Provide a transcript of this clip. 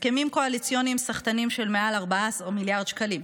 הסכמים קואליציוניים סחטניים של מעל 14 מיליארד שקלים,